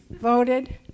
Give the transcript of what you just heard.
voted